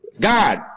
God